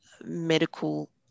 medical